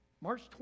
March